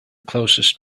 closest